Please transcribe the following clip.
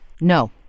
no